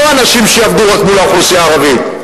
לא אנשים שיעבדו רק מול האוכלוסייה הערבית.